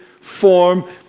form